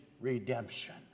redemption